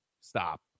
Stop